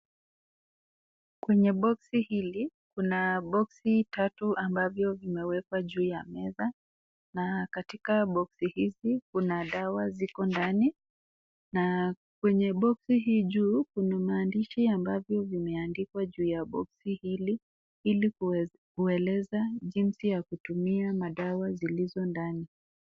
Kwenye boksi hili, kuna boksi tatu ambazo zimewekwa juu ya meza na katika boksi hizi kuna dawa ziko ndani na kwenye boksi hii juu kuna maandishi ambavyo vimeandikwa juu ya boksi hili ili kueleza jinsi ya kutumia madawa zilizo ndani.